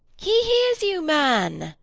he hears you, man